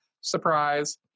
Surprise